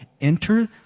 enter